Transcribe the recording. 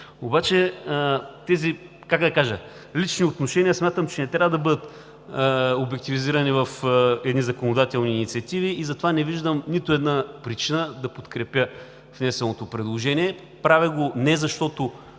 Обаче тези лични отношения смятам, че не трябва да бъдат обективизирани в едни законодателни инициативи, затова не виждам нито една причина да подкрепя внесеното предложение. Правя го не защото